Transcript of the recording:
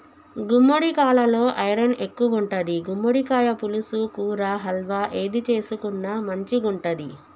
గుమ్మడికాలలో ఐరన్ ఎక్కువుంటది, గుమ్మడికాయ పులుసు, కూర, హల్వా ఏది చేసుకున్న మంచిగుంటది